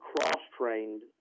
cross-trained